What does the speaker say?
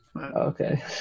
Okay